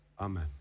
Amen